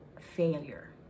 failure